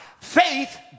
Faith